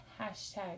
Hashtag